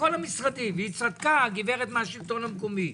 כל המשרדים, והיא צדקה הגברת מהשלטון המקומי.